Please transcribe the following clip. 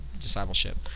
discipleship